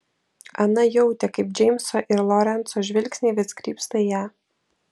ana jautė kaip džeimso ir lorenco žvilgsniai vis krypsta į ją